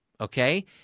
okay